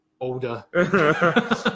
older